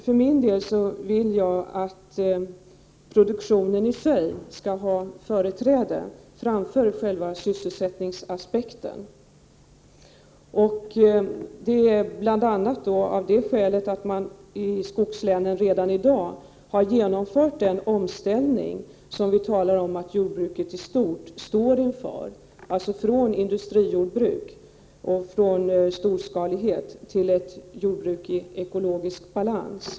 För min del vill jag att produktioneni sig skall ha företräde framför sysselsättningsaspekten, bl.a. av det skälet att man i skogslänen redan i dag har genomfört den omställning som vi talar om att jordbruket i stort står inför, alltså från industrijordbruk och från storskalighet till ett jordbruk i ekologisk balans.